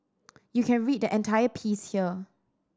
you can read the entire piece here